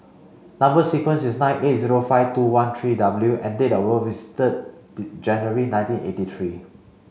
number sequence is T nine eight zero five two one three W and date of birth is third January nineteen eighty three